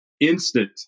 instant